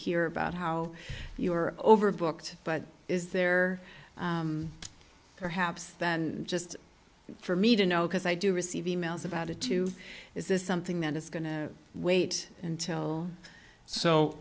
hear about how you were overbooked but is there perhaps then just for me to know because i do receive e mails about it too is this something that is going to wait until so